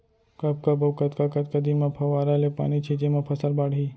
कब कब अऊ कतका कतका दिन म फव्वारा ले पानी छिंचे म फसल बाड़ही?